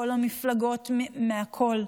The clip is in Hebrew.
מכל המפלגות מהכול.